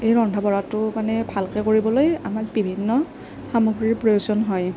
এই ৰন্ধা বঢ়াটো মানে ভালকৈ কৰিবলৈ আমাক বিভিন্ন সামগ্ৰীৰ প্ৰয়োজন হয়